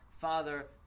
father